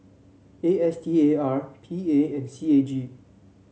A S T A R P A and C A G